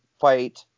fight